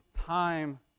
time